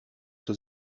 zur